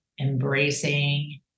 embracing